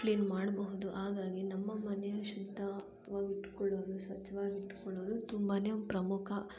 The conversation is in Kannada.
ಕ್ಲೀನ್ ಮಾಡಬಹುದು ಹಾಗಾಗಿ ನಮ್ಮ ಮನೆ ಶುದ್ದವಾಗಿ ಇಟ್ಟುಕೊಳ್ಳೋದು ಸ್ವಚ್ಛವಾಗಿ ಇಟ್ಟುಕೊಳ್ಳೋದು ತುಂಬಾ ಪ್ರಮುಖ